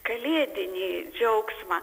kalėdinį džiaugsmą